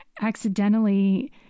accidentally